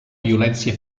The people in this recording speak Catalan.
violència